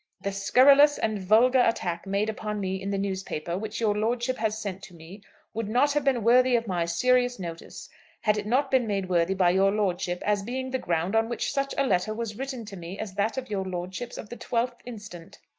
the scurrilous and vulgar attack made upon me in the newspaper which your lordship has sent to me would not have been worthy of my serious notice had it not been made worthy by your lordship as being the ground on which such a letter was written to me as that of your lordship's of the twelfth instant.